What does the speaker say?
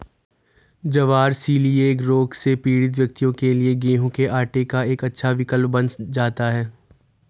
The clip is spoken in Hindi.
ज्वार सीलिएक रोग से पीड़ित व्यक्तियों के लिए गेहूं के आटे का एक अच्छा विकल्प बन जाता है